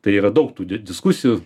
tai yra daug tų di diskusijų